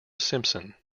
simpson